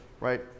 right